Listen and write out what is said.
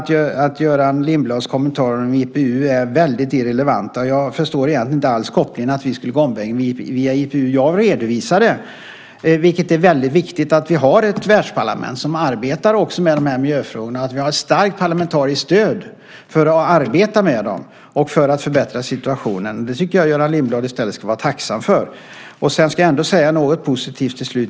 Göran Lindblads kommentarer om IPU är väldigt irrelevanta. Jag förstår inte kopplingen att vi skulle gå omvägen över IPU. Jag redovisade att det är viktigt att vi har ett världsparlament som arbetar med de här miljöfrågorna och att vi har ett starkt parlamentariskt stöd för att arbeta med dem och förbättra situationen. Det tycker jag att Göran Lindblad ska vara tacksam för. Till slut ska jag säga något positivt.